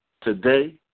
today